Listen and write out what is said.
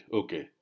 okay